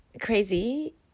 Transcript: crazy